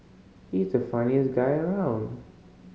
he's the funniest guy around